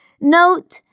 Note